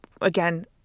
again